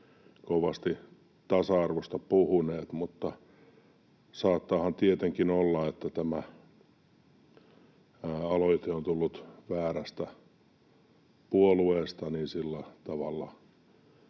kovasti tasa-arvosta puhuneet. Mutta saattaahan tietenkin olla, että tämä aloite on tullut väärästä puolueesta, ja sillä tavalla